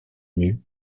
nue